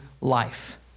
life